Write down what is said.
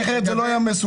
כי אחרת זה לא היה מסוקר.